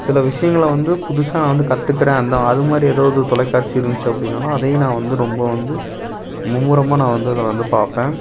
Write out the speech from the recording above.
சில விஷயங்கள வந்து புதுசாக நான் வந்து கற்றுக்குறேன் அந்த அது மாதிரி ஏதாவது தொலைக்காட்சி இருந்துச்சு அப்படினாலும் அதையும் நான் வந்து ரொம்ப வந்து மும்முரமாக நான் வந்து அதை வந்து பார்ப்பேன்